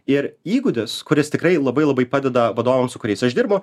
ir įgūdis kuris tikrai labai labai padeda vadovams su kuriais aš dirbu